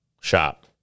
shop